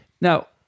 Now